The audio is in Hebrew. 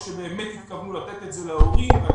או שבאמת התכוונו לתת את זה להורים, רק